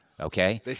Okay